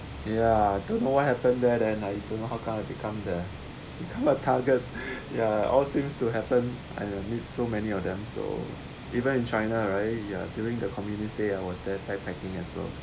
ya don't know what happened there then I don't know how come I become the become a target ya all seems to happen and I meet so many of them so even in china right ya during the communist day I was there backpacking as well